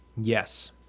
Yes